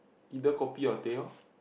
either kopi or teh O